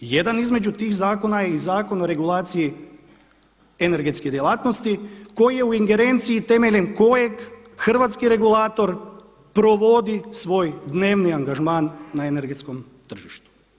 Jedan između tih zakona je i Zakon o regulaciji energetske djelatnosti koji je u ingerenciji temeljem kojeg hrvatski regulator provodi svoj dnevni angažman na energetskom tržištu.